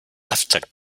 after